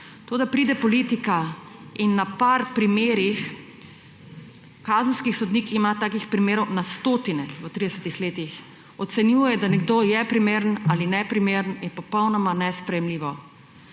To da pride politika in na nekaj primerih, kazenski sodnik ima takih primerov na stotine v 30 letih, ocenjuje, da nekdo je primeren ali neprimeren je popolnoma nesprejemljivo.